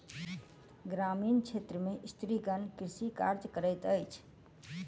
ग्रामीण क्षेत्र में स्त्रीगण कृषि कार्य करैत अछि